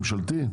ממשלתי?